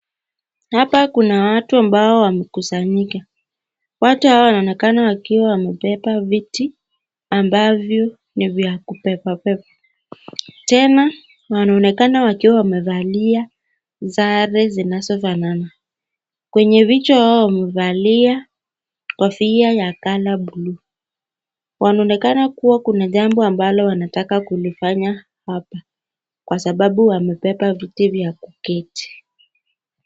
Hapa kuna watu ambao wamekusanyika. Watu hawa wanaonekana wakiwa wamebeba viti, ambavyo ni vya kubeba beba. Tena wanaonekana wakiwa wamevalia sare zinazofanana. Kwenye vichwa yao wamevalia kofia ya color bluu. Wanaonekana kuwa kuna jambo ambalo wanataka kulifanya hapa, kwa sababu wamepata viti vya kuketi.